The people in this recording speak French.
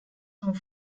sont